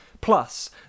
Plus